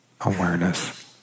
awareness